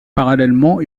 parallèlement